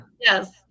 Yes